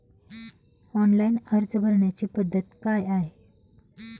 Online अर्ज भरण्याची पद्धत काय आहे?